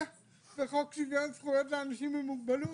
לחוק שוויון זכויות לאנשים עם מוגבלות,